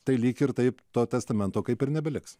tai lyg ir taip to testamento kaip ir nebeliks